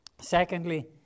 Secondly